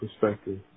perspective